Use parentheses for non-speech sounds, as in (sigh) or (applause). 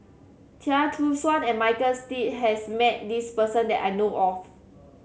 Chia Choo Suan and Michael (unintelligible) has met this person that I know of